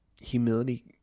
humility